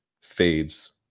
fades